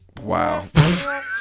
Wow